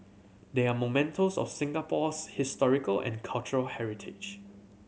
they are mementos of Singapore's historical and cultural heritage